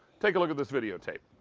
take a look at this video tape.